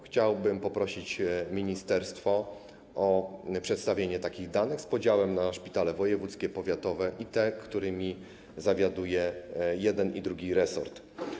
Chciałbym prosić ministerstwo o przedstawienie takich danych, z podziałem na szpitale wojewódzkie, powiatowe i te, którymi zawiaduje jeden i drugi resort.